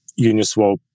Uniswap